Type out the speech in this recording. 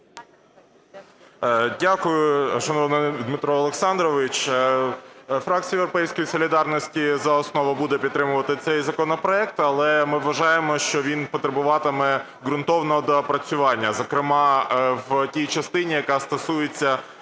Дякую, шановний Дмитро Олександрович. Фракція "Європейської солідарності" за основу буде підтримувати цей законопроект. Але ми вважаємо, що він потребуватиме ґрунтовного доопрацювання, зокрема в тій частині, яка стосується